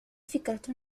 فكرة